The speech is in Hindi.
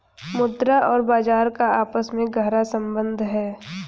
मुद्रा और बाजार का आपस में गहरा सम्बन्ध है